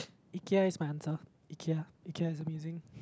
Ikea is my answer Ikea Ikea is amazing